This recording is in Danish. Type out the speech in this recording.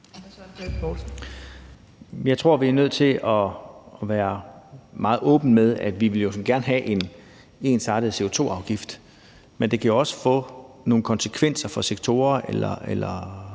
Jeg tror, vi er nødt til at være meget åbne med, at vi gerne vil have en ensartet CO2-afgift, men det kan jo også få nogle konsekvenser for sektorer eller